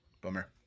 Bummer